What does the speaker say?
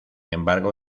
embargo